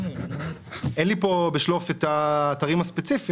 אין לי פה בשלוף את האתרים הספציפיים.